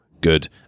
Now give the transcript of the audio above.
good